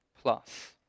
plus